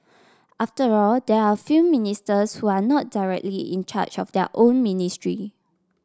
after all there are a few ministers who are not directly in charge of their own ministry